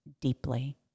deeply